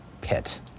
pit